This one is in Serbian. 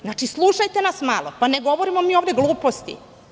Znači, slušajte nas malo, pa ne govorimo mi ovde gluposti.